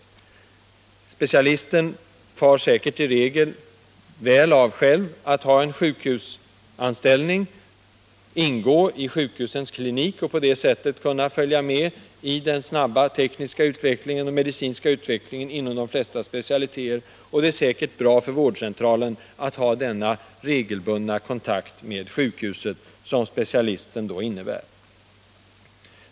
Och specialisten far säkert i regel själv bara väl av att ha en sjukhusanställning, att ingå i sjukhusets klinik och på så sätt kunna följa med i den snabba tekniska och medicinska utveckling som äger rum inom de flesta specialiteter. Det är säkert också bra för vårdcentralen att ha den regelbundna kontakt med sjukhuset som specialisten innebär.